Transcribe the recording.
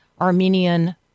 Armenian